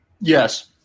Yes